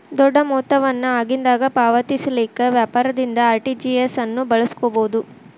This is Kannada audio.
ದೊಡ್ಡ ಮೊತ್ತ ವನ್ನ ಆಗಿಂದಾಗ ಪಾವತಿಸಲಿಕ್ಕೆ ವ್ಯಾಪಾರದಿಂದ ಆರ್.ಟಿ.ಜಿ.ಎಸ್ ಅನ್ನು ಬಳಸ್ಕೊಬೊದು